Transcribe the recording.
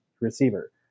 receiver